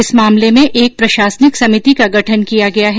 इस मामले में एक प्रशासनिक समिति का गठन किया गया है